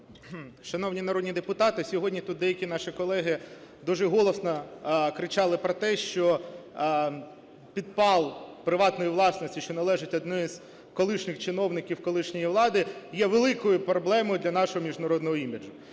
Шановні народні депутати, сьогодні тут деякі наші колеги дуже голосно кричали про те, що підпал приватної власності, що належить одній із колишніх чиновників колишньої влади, є великою проблемою для нашого міжнародного іміджу.